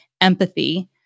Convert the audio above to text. empathy